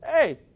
Hey